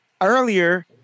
earlier